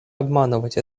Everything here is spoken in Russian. обманывать